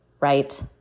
right